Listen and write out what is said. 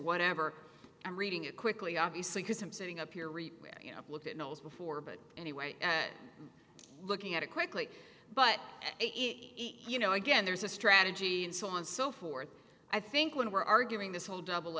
whatever i'm reading it quickly obviously because i'm sitting up here you know look at those before but anyway looking at it quickly but you know again there's a strategy and so on so forth i think when we're arguing this whole double